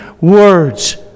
words